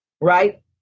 Right